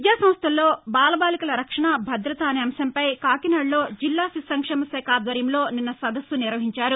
విద్యాసంస్టల్లో బాలబాలికల రక్షణ భద్రత అనే అంశాలపై కాకినాడలో జిల్లా శిశు సంక్షేమ శాఖ ఆధ్వర్యంలో నిన్న సదస్సు నిర్వహించారు